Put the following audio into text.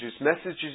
messages